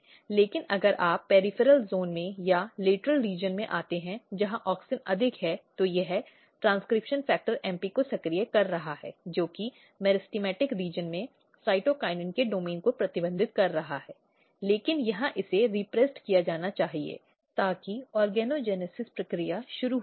लेकिन अगर आप पॅरिफ़ॅरॅल जोन में या लेटरल क्षेत्र में आते हैं जहां ऑक्सिन अधिक है तो यह ट्रेन्स्क्रिप्शन फैक्टर MP को सक्रिय कर रहा है जो कि मेरिटोकैमिक क्षेत्र में साइटोकिनिन के डोमेन को प्रतिबंधित कर रहा है लेकिन यहां इसे निरस्त किया जाना चाहिए ताकि ऑर्गोजेनेसिस प्रक्रिया शुरू हो सके